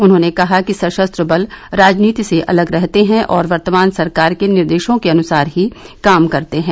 उन्होंने कहा कि सशस्त्र बल राजनीति से अलग रहते हैं और वर्तमान सरकार के निर्देशों के अनुसार ही काम करते हैं